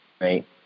Right